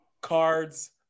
cards